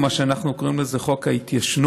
או מה שאנחנו קוראים לו "חוק ההתיישנות".